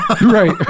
Right